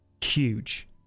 huge